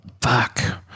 fuck